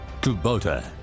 Kubota